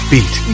Beat